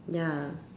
ya